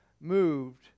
moved